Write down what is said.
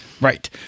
Right